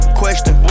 question